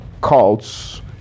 cults